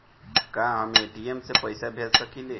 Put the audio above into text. का हम ए.टी.एम से पइसा भेज सकी ले?